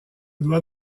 dois